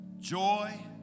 Joy